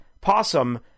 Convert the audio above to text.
possum